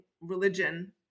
religion